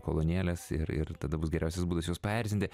kolonėles ir ir tada bus geriausias būdas juos paerzinti